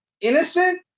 innocent